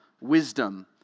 wisdom